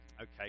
Okay